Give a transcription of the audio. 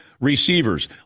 receivers